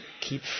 keep